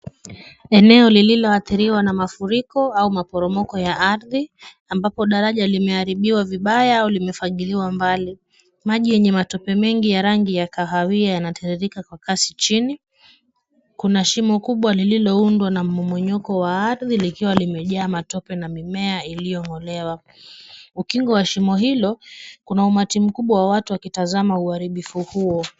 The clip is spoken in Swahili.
Eneo lililoathiriwa na mafuriko au maporomoko ya ardhi, ambapo daraja limeharibiwa vibaya au limefagiliwa mbali, maji yenye matope mengi ya rangi ya kahawia yanatiririka kwa kasi chini. Kuna shimo kubwa lililoundwa na mmonyoka wa ardhi likiwa limejaa matope na mimea iliyong'olewa. Ukingo wa shimo hilo kuna umati mkubwa wa watu wakitazama uharibifu huo.